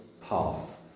path